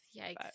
yikes